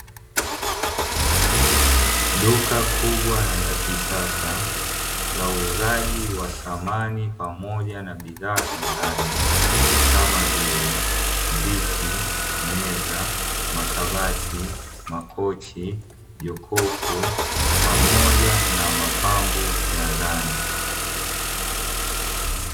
Duka kubwa na la kisasa la uuzaji wa samani pamoja na bidhaa za ndani kama vile viti, meza, makabati, makochi, jokofu pamoja na mapambo ya ndani.